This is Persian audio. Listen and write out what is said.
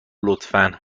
لطفا